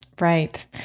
Right